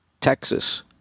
Texas